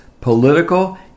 political